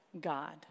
God